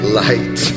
light